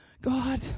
God